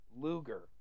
Luger